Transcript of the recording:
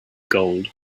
gold